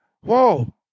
Whoa